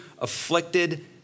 afflicted